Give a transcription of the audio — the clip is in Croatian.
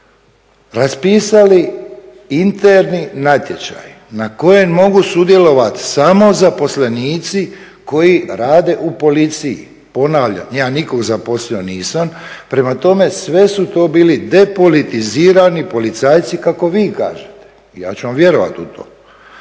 raspisali interni natječaj na kojem mogu sudjelovat samo zaposlenici koji rade u policiji. Ponavljam, ja nikog zaposlio nisam. Prema tome, sve su to bili depolitizirani policajci kako vi kažete i ja ću vam vjerovat u to.